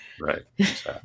Right